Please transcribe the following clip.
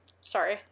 sorry